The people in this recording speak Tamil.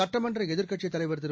சட்டமன்ற எதிர்க்கட்சித் தலைவர் திரு